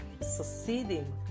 succeeding